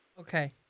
Okay